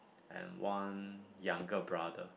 and one younger brother